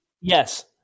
Yes